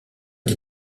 des